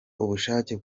ubushake